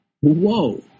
Whoa